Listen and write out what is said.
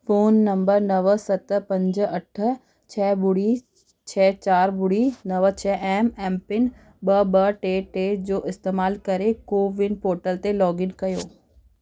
phone number नव सत पंज अठ छह ॿुड़ी छह चारि ॿुड़ी नव छह ऐं एमपिन ॿ ॿ टे टे जो इस्तेमालु करे कोविन पोर्टल ते लोगइन कयो